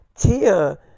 Tia